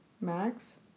Max